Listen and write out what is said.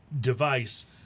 device